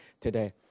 today